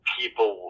people